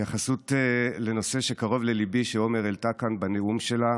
התייחסות לנושא שקרוב לליבי שעומר העלתה כאן בנאום שלה,